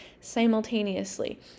simultaneously